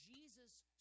Jesus